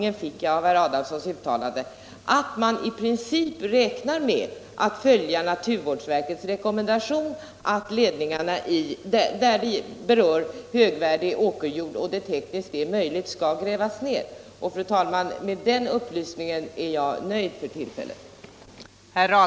jag fick av herr Adamssons uttalande uppfattningen att man i princip räknar med att följa naturvårdsverkets rekommendation att ledningarna i trakter med högvärdig åkerjord och där detta tekniskt är möjligt skall grävas ned. Med den upplysningen, fru talman. är jag för tillfället nöjd.